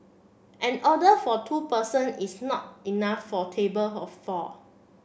an order for two person is not enough for a table of four